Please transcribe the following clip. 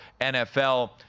NFL